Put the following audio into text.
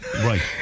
Right